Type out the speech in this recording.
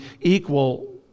equal